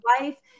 life